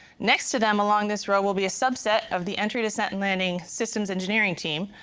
next to them along this row will be a subset of the entry, descent and landing systems engineering team.